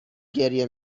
گریه